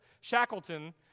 Shackleton